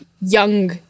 young